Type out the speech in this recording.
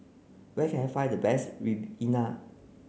where can I find the best